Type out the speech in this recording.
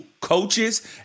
coaches